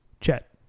Chet